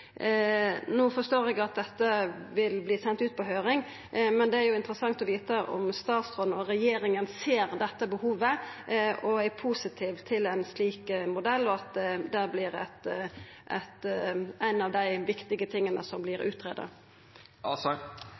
No forstår eg at dette vil verta sendt ut på høyring, men det er interessant å vita om statsråden og regjeringa ser dette behovet og er positive til ein slik modell – og at det vert ein av dei viktige tinga som